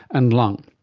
and lung.